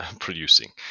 producing